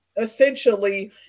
essentially